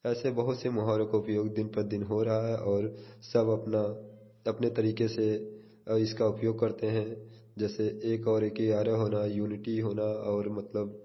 ऐसे बहुत से मुहावरों का उपयोग दिन पर दिन हो रहा है और सब अपना अपने तरीके से इसका उपयोग करते हैं जैसे एक और एक ग्यारह होना यूनिटी होना और मतलब